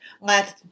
let